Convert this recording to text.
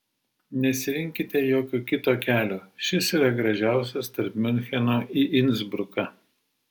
nesirinkite jokio kito kelio šis yra gražiausias tarp miuncheno į insbruką